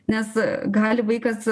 nes gali vaikas